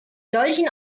solchen